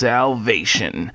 Salvation